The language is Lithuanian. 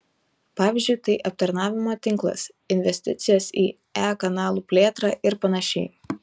pavyzdžiui tai aptarnavimo tinklas investicijos į e kanalų plėtrą ir panašiai